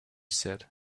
said